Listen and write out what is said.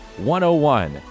101